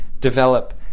develop